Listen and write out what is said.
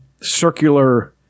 circular